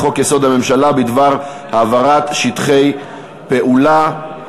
לחוק-יסוד: הממשלה בדבר העברת שטחי פעולה.